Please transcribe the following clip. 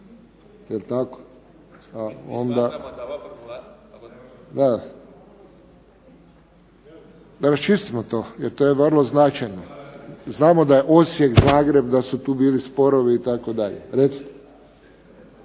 Da raščistimo to, jer to je vrlo značajno. Znamo da je Osijek, Zagreb, da su tu bili sporovi itd. Recite.